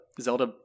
Zelda